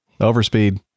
Overspeed